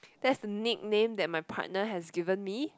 that is the nickname that my partner has given me